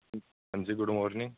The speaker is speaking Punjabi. ਹਾਂਜੀ ਗੁੱਡ ਮੋਰਨਿੰਗ